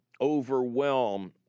overwhelm